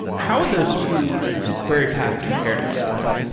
how would those two query paths compare to one another?